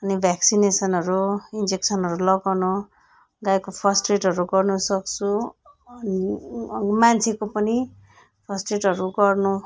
अनि भेक्सिनेसनहरू इन्जेकसनहरू लगाउनु गाईको फर्स्ट एडहरू गर्नु सक्छु मान्छेको पनि फर्स्ट एडहरू गर्नु